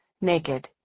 naked